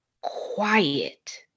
quiet